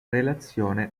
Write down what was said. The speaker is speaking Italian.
relazione